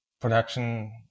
production